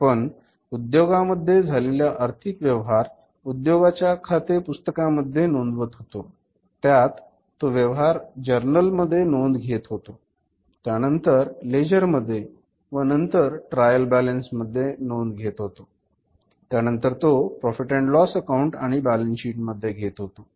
आपण उद्योगांमध्ये झालेल्या आर्थिक व्यवहार उद्योगाच्या खाते पुस्तकांमध्ये नोंदवत होतो त्यात तो व्यवहार जर्नलमध्ये नोंद घेत होतो त्यानंतर लेजर मध्ये व नंतर ट्रायल बॅलन्स मध्ये नोंद घेत होतो त्यानंतर तो प्रॉफिट अँड लॉस अकाउंट आणि बॅलन्स शीट मध्ये घेत होतो